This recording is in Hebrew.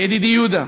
ידידי יהודה,